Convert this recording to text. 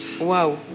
Wow